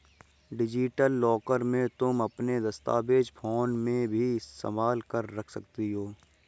digital locker में तुम अपने दस्तावेज फोन में ही संभाल कर रख सकती हो